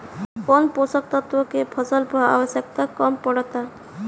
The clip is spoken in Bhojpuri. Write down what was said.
कौन पोषक तत्व के फसल पर आवशयक्ता कम पड़ता?